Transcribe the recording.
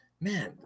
Man